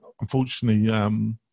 unfortunately